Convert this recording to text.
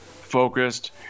focused